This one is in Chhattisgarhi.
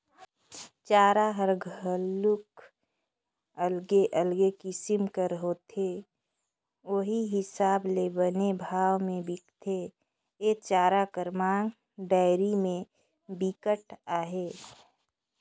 चारा हर घलोक अलगे अलगे किसम कर होथे उहीं हिसाब ले बने भाव में बिकथे, ए चारा कर मांग डेयरी में बिकट अहे